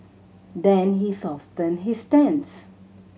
then he softened his stance